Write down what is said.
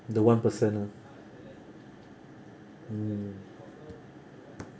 the one person ah mm